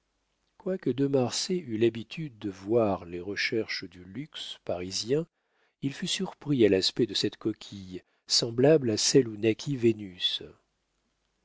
quoique de marsay eût l'habitude de voir les recherches du luxe parisien il fut surpris à l'aspect de cette coquille semblable à celle où naquit vénus